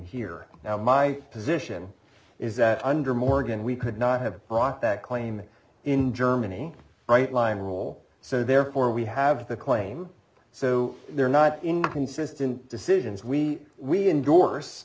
here now my position is that under morgan we could not have brought that claim in germany bright line rule so therefore we have the claim so they're not inconsistent decisions we we endors